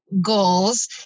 goals